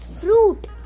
fruit